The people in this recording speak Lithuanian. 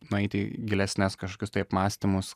nueit į gilesnes kažkokius tai apmąstymus